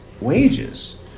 wages